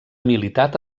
militat